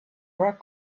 rock